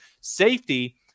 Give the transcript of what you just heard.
Safety